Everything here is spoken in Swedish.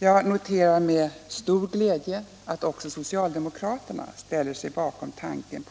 Jag noterar med stor glädje att nu också socialdemokraterna ställer sig bakom